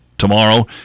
Tomorrow